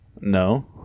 No